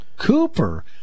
Cooper